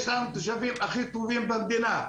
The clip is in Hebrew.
לנו יש את התושבים הכי טובים במדינה,